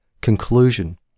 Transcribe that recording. Conclusion